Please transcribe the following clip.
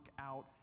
out